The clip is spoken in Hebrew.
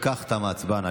אם כך, תמה ההצבעה.